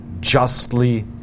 justly